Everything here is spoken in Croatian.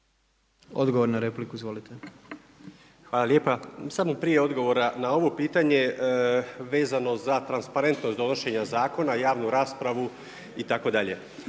Odgovor na repliku. **Tufekčić, Željko** Hvala lijepa. Samo prije odgovora na ovo pitanje, vezano za transparentnost donošenja zakona, javnu raspravu itd.